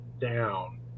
down